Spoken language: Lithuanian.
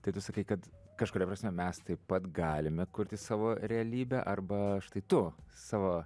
tai tu sakai kad kažkuria prasme mes taip pat galime kurti savo realybę arba štai tu savo